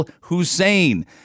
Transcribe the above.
hussein